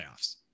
playoffs